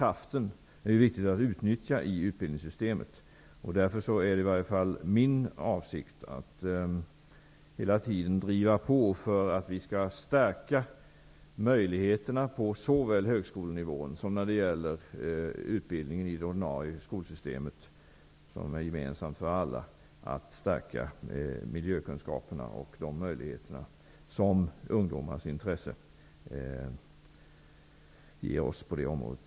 Det är viktigt att utnyttja den kraften i utbildningssystemet, och därför är det min avsikt att hela tiden driva på för att stärka möjligheterna såväl på högskolenivån som när det gäller utbildningen i det ordinarie skolsystemet, som är gemensamt för alla, i fråga om miljökunskaperna och de möjligheter som ungdomars intresse ger oss på det området.